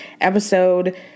episode –